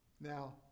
Now